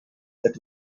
that